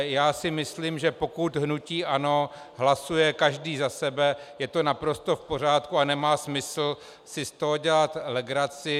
Já si myslím, že pokud hnutí ANO hlasuje každý za sebe, je to naprosto v pořádku a nemá smysl si z toho dělat legraci.